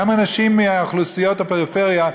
גם אנשים מאוכלוסיות הפריפריה,